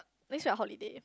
next week I holiday